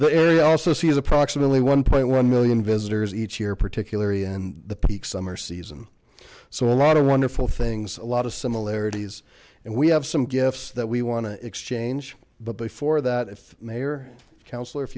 they also see as approximately one point one million visitors each year particularly in the peak summer season so a lot of wonderful things a lot of similarities and we have some gifts that we want to exchange but before that if mayor councilor if